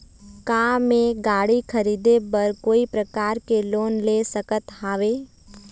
का मैं गाड़ी खरीदे बर कोई प्रकार के लोन ले सकत हावे?